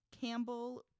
Campbell